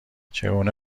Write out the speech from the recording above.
چگونه